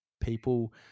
people